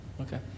Okay